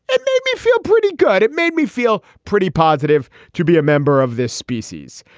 it made me feel pretty good. it made me feel pretty positive to be a member of this species.